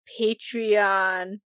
Patreon